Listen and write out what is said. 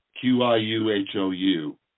q-i-u-h-o-u